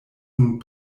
nun